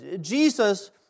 Jesus